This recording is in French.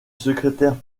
secrétaire